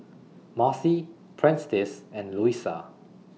Marcy Prentice and Luisa